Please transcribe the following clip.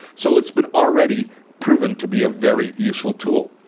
so it's been already proven to be a very useful tool.